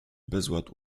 bezład